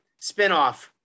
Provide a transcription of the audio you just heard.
spinoff